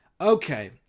Okay